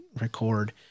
record